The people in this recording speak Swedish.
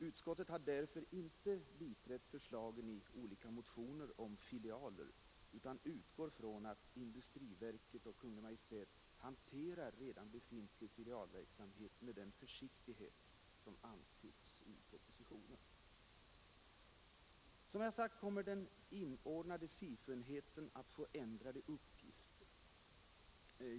Utskottet har därför inte biträtt förslagen i olika motioner om filialer, utan utgår ifrån att industriverket och Kungl. Maj:t hanterar redan befintlig filialverksamhet med den försiktighet som antyds i propositionen. Som jag sagt kommer den inordnade SIFU-enheten att få ändrade uppgifter.